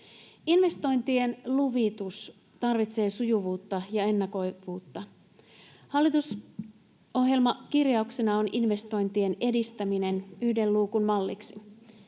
Investointien luvitus tarvitsee sujuvuutta ja ennakoivuutta. Hallitusohjelmakirjauksena on investointien edistäminen yhden luukun malliksi.